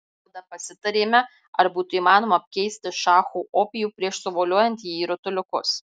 tada pasitarėme ar būtų įmanoma apkeisti šacho opijų prieš suvoliojant jį į rutuliukus